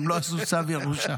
הם לא עשו צו ירושה.